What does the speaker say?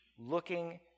looking